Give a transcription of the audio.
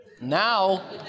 Now